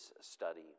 study